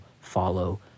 follow